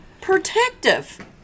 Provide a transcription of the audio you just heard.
protective